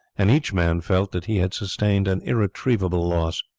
and each man felt that he had sustained an irretrievable loss,